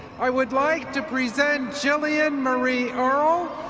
i would like to present gillian marie earl,